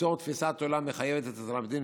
ליצור תפיסת עולם מחייבת אצל התלמידים